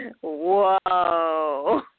whoa